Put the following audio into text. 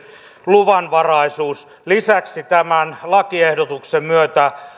luvanvaraisuus lisäksi tämän lakiehdotuksen myötä